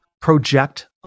project